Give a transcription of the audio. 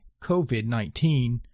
COVID-19